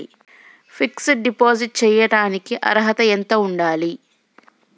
Fix డ్ deposit చేయటానికి అర్హత ఎంత ఉండాలి?